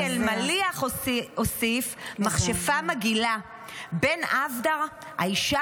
אלי אלמליח הוסיף: "מכשפה מגעילה"; בן אבדר: "האישה